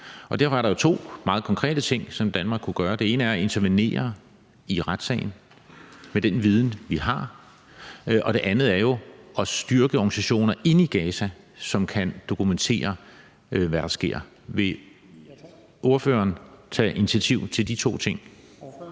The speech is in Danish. Derfor er der jo to meget konkrete ting, som Danmark kunne gøre. Det ene er at intervenere i retssagen med den viden, vi har, og det andet er jo at styrke organisationer inde i Gaza, som kan dokumentere, hvad der sker. Vil ordføreren tage initiativ til de to ting?